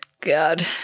God